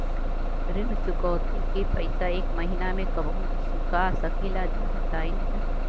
ऋण चुकौती के पैसा एक महिना मे कबहू चुका सकीला जा बताईन जा?